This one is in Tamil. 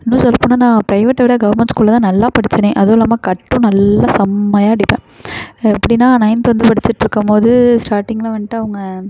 இன்னும் சொல்லப் போனால் நான் ப்ரைவேட்டோடு கவர்ன்மண்ட் ஸ்கூலில் தான் நல்லா படித்தேனே அதுவும் இல்லாமல் கட்டும் நல்ல செமையாக அடிப்பேன் எப்டின்னால் நையன்த்து வந்து படிச்சுட்டுருக்கும் போது ஸ்டார்டிங்கில் வந்துட்டு அவங்க